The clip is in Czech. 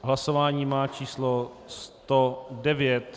Hlasování má číslo 109.